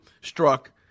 struck